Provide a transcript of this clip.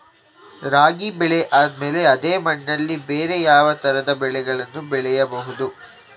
ರಾಗಿ ಬೆಳೆ ಆದ್ಮೇಲೆ ಅದೇ ಮಣ್ಣಲ್ಲಿ ಬೇರೆ ಯಾವ ತರದ ಬೆಳೆಗಳನ್ನು ಬೆಳೆಯಬಹುದು?